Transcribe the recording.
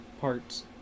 parts